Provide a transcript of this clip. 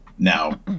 Now